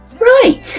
Right